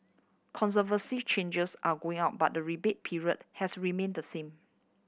conservancy charges are going up but the rebate period has remained the same